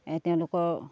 তেওঁলোকৰ